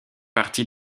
partie